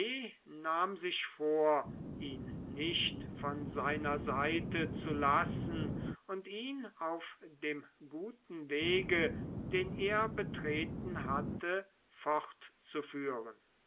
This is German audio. nahm sich vor ihn nicht von seiner seite zu lassen und ihn auf dem guten wege den er betreten hatte fortzuführen